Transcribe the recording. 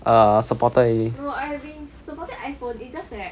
a supporter already